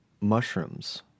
mushrooms